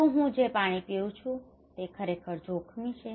શું હું જે પાણી પીવું તે ખરેખર જોખમી છે